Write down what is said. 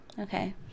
Okay